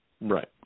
Right